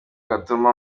gatuma